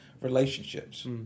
relationships